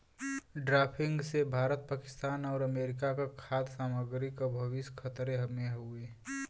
drafting से भारत पाकिस्तान आउर America क खाद्य सामग्री क भविष्य खतरे में हउवे